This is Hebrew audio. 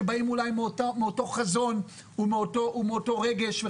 שבאים עם אותו חזון ועם אותו רגש.